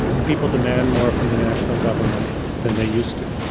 and people demand more from the national government than they used to.